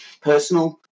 personal